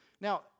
Now